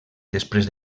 després